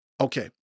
okay